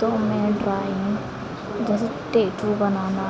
तो मैं ड्रॉइंग जैसे टेटू बनाना